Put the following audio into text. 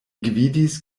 gvidis